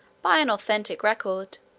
by an authentic record,